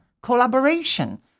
collaboration